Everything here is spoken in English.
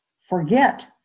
forget